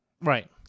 Right